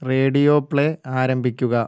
radio play ആരംഭിക്കുക